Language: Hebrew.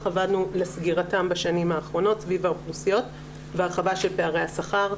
עבדנו לסגירתם בשנים האחרונות סביב האוכלוסיות והרחבה של פערי השכר,